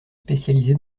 spécialisé